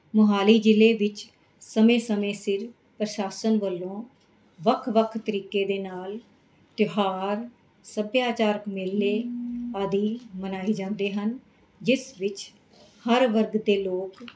ਮੋਹਾਲੀ ਜ਼ਿਲ੍ਹੇ ਵਿੱਚ ਸਮੇਂ ਸਮੇਂ ਸਿਰ ਪ੍ਰਸ਼ਾਸਨ ਵੱਲੋਂ ਵੱਖ ਵੱਖ ਤਰੀਕੇ ਦੇ ਨਾਲ ਤਿਉਹਾਰ ਸੱਭਿਆਚਾਰਕ ਮੇਲੇ ਆਦਿ ਮਨਾਏ ਜਾਂਦੇ ਹਨ ਜਿਸ ਵਿੱਚ ਹਰ ਵਰਗ ਦੇ ਲੋਕ